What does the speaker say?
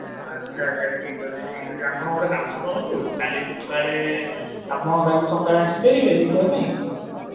ଆଚ୍ଛା ଆଚ୍ଛା ଠିକ୍ ଅଛି ଠିକ୍ ଅଛି ଆପଣ ଗୋଟେ କାମ କରନ୍ତୁ କାଲି ସକାଳେ ଆପଣ କାଲି ସକାଳେ ଆସିପାରିବେ ଦେଖାଇବା ପାଇଁ